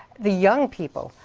the young people.